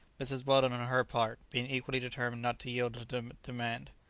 mrs. weldon, on her part, being equally determined not to yield to the demand.